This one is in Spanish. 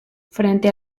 frente